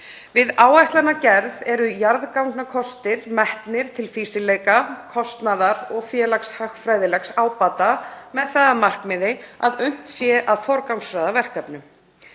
Við áætlanagerð eru jarðgangakostir metnir til fýsileika, kostnaðar og félagshagfræðilegs ábata með það að markmiði að unnt sé að forgangsraða verkefnum.